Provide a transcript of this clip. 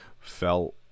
fell